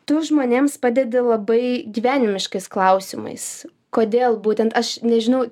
tu žmonėms padedi labai gyvenimiškais klausimais kodėl būtent aš nežinau